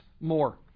more